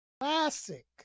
classic